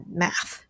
math